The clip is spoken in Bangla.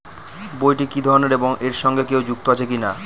বইটি কি ধরনের এবং এর সঙ্গে কেউ যুক্ত আছে কিনা?